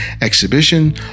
exhibition